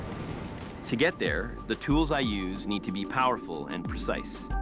to get there, the tools i use need to be powerful and precise.